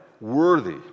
worthy